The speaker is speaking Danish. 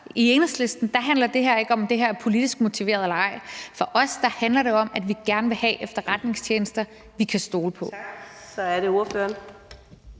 i Enhedslisten handler det her ikke om, om det her er politisk motiveret eller ej. For os handler det om, at vi gerne vil have efterretningstjenester, vi kan stole på.